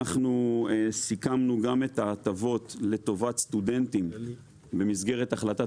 אנחנו סיכמנו גם את ההטבות לטובת סטודנטים במסגרת החלטת